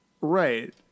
Right